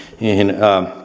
niihin